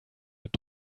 mit